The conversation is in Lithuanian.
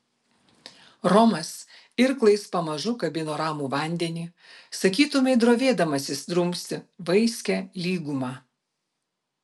romas irklais pamažu kabino ramų vandenį sakytumei drovėdamasis drumsti vaiskią lygumą